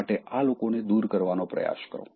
માટે આ લોકોને દૂર કરવાનો પ્રયાસ કરો